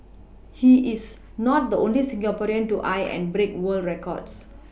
he is not the only Singaporean to eye and break world records